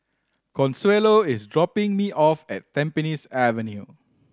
Consuelo is dropping me off at Tampines Avenue